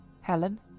Helen